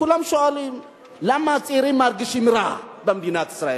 כולם שואלים למה הצעירים מרגישים רע במדינת ישראל,